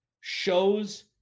shows